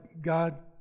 God